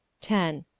ten.